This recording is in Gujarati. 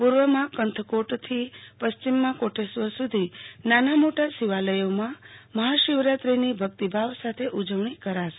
પુર્વમાં કેથકોટથી પેશ્ચિમમાં કોટેશ્વર સુધી નાના મોટા શિવાલયોમાં મહાશીવરાત્રીની ભક્તિભાવ સાથે ઉજવણી કરાશે